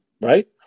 right